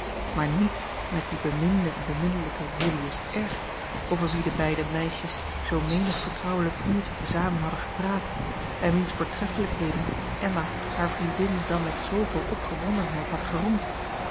maar niet met dien beminden en beminnelijken julius r over wien de beide meisjes zoo menig vertrouwelijk uurtje te zamen hadden gepraat en wiens voortreffelijkheden emma hare vriendin dan met zooveel opgea l g